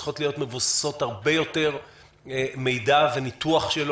הן צריכות להיות מבוססות הרבה יותר על מידע וניתוחו.